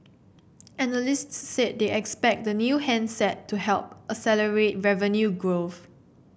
analysts said they expect the new handset to help accelerate revenue growth